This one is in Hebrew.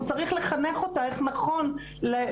הוא צריך לחנך אותה איך נכון לנקוט